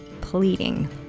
pleading